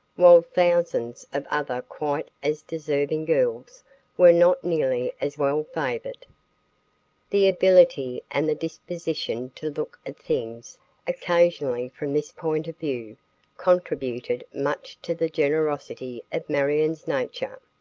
while thousands of other quite as deserving girls were not nearly as well favored. the ability and the disposition to look at things occasionally from this point of view contributed much to the generosity of marion's nature.